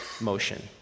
motion